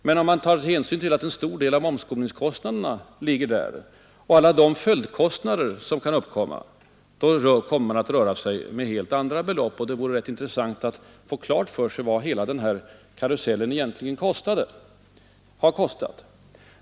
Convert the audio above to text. Men om man tar hänsyn till att en stor del av omskolningskostnaderna hör dit och till alla de följdkostnader som kan uppkomma, då rör man sig med helt andra belopp. Det vore intressant att få klart för sig vad hela karusellen egentligen har kostat.